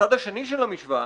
הצד השני של המשוואה,